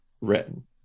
written